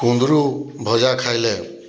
କୁନ୍ଦୁରୁ ଭଜା ଖାଇଲେ